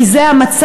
כי זה המצב,